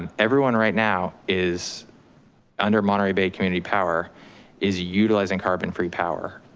everyone right now is under monterey bay community power is utilizing carbon-free power.